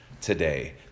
today